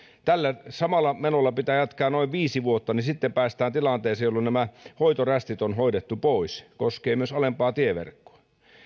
tällä samalla menolla pitää jatkaa noin viisi vuotta niin sitten päästään tilanteeseen jossa nämä hoitorästit on hoidettu pois koskee myös alempaa tieverkkoa